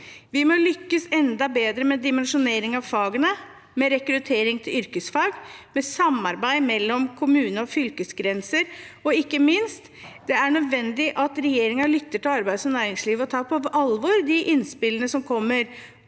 Vi må lykkes enda bedre med dimensjonering av fagene, med rekruttering til yrkesfag, med samarbeid på tvers av kommune- og fylkesgrenser. Ikke minst er det nødvendig at regjeringen lytter til arbeidsog næringslivet og tar på alvor de innspillene som kommer